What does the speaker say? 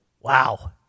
Wow